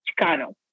Chicano